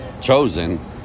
chosen